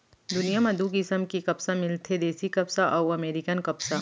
दुनियां म दू किसम के कपसा मिलथे देसी कपसा अउ अमेरिकन कपसा